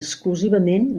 exclusivament